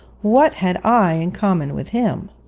what had i in common with him?